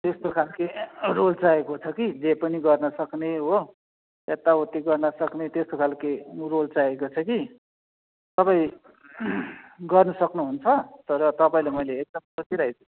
त्यस्तो खालके रोल चाहिएको छ कि जे पनि गर्नसक्ने हो यताउति गर्नसक्ने त्यस्तो खालके रोल चाहिएको छ कि तपाईँ गर्न सक्नुहुन्छ तर तपाईँलाई मैले एकदम सोचिरहेको छु